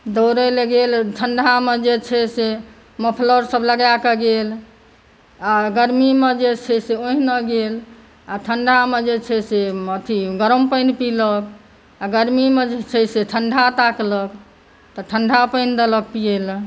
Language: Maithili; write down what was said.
दौड़ै लए गेल ठण्डामे जे छै से मोफलर सभ लगाके गेल आ गर्मीमे जे छै से ओहिना गेल आ ठण्डामे जे छै से एथी गरम पानि पीलक आ गर्मी मे जे छै से ठण्डा ताकलक ठण्डा पनिदेलक पियै लए